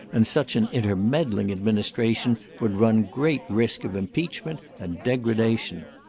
and such an intermeddling administration would run great risk of impeachment and degradation.